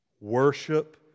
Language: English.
Worship